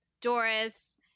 Doris